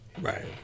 right